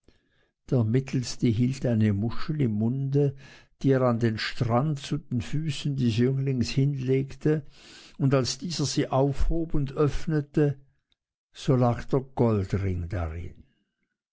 der mittelste hielt eine muschel im munde die er an den strand zu den füßen des jünglings hinlegte und als dieser sie aufhob und öffnete so lag der goldring darin